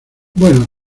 bueno